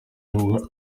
nubwo